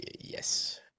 Yes